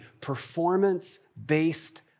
Performance-based